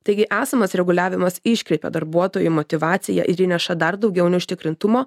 taigi esamas reguliavimas iškreipia darbuotojų motyvaciją ir įneša dar daugiau neužtikrintumo